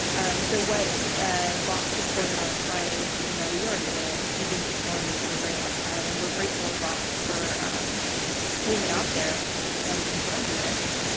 um so what ah vox reported on friday was something that we already knew. we've been telling you for a very long time, and we're grateful to and vox for um putting it out there and confirming this.